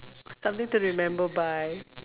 something to remember by